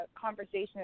conversation